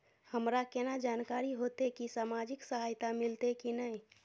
हमरा केना जानकारी होते की सामाजिक सहायता मिलते की नय?